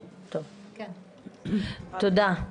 תודה.